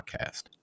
Podcast